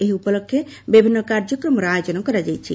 ଏହି ଉପଲକ୍ଷେ ବିଭିନ୍ନ କାର୍ଯ୍ୟକ୍ରମର ଆୟୋଜନ କରାଯାଇଛି